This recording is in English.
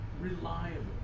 reliable